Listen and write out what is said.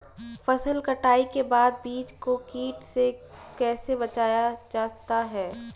फसल कटाई के बाद बीज को कीट से कैसे बचाया जाता है?